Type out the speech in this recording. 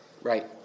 Right